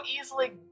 easily